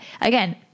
again